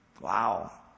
Wow